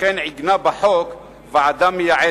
וכן עיגנה בחוק ועדה מייעצת,